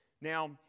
Now